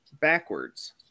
backwards